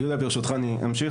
יהודה, ברשותך אני אמשיך.